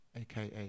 aka